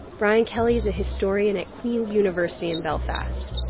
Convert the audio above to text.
brian kelly is a historian at queen's university in belfast.